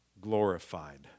glorified